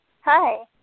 Hi